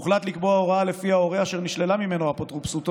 הוחלט לקבוע הוראה שלפיה הורה אשר נשללה ממנו אפוטרופסותו